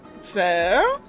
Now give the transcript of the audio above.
Fair